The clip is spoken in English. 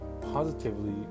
positively